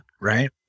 right